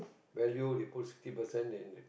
value you put sixty percent and